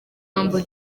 humble